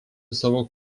savo